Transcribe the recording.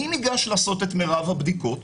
מי ניגש לעשות את מרב הבדיקות?